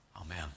Amen